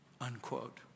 Unquote